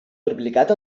triplicat